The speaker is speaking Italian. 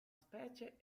specie